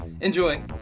Enjoy